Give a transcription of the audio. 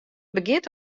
begjint